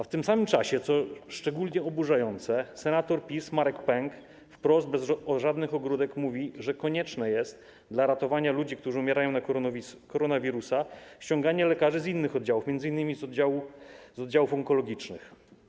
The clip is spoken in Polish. W tym samym czasie, co szczególnie oburzające, senator PiS Marek Pęk wprost, bez żadnych ogródek mówi, że konieczne jest dla ratowania ludzi, którzy umierają na koronawirusa, ściąganie lekarzy z innych oddziałów, m.in. z oddziałów onkologicznych.